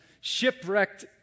shipwrecked